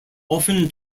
often